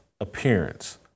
appearance